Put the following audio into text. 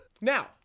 Now